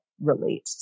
relate